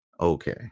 Okay